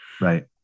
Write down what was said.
Right